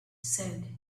said